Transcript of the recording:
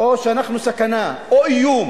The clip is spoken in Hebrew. או שאנחנו סכנה, או איום.